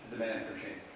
the manager chain